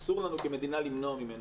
אסור לנו כמדינה למנוע ממנו.